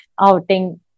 outing